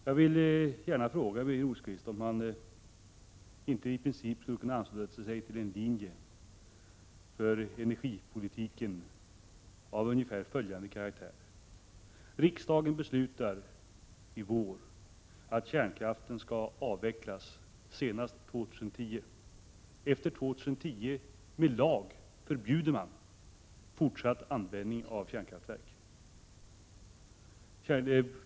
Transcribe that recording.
Jag vill gärna fråga Birger Rosqvist om han i princip skulle kunna ansluta sig till en linje för energipolitiken av ungefär följande karaktär: Riksdagen beslutar i vår att kärnkraften skall avvecklas senast år 2010. Efter 2010 förbjuder man med lag fortsatt användning av kärnkraft.